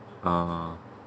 ah